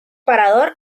parador